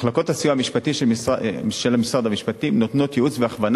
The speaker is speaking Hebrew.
מחלקות הסיוע המשפטי של משרד המשפטים נותנות ייעוץ והכוונה